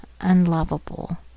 unlovable